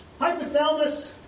Hypothalamus